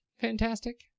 fantastic